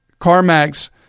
CarMax